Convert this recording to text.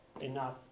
enough